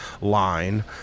line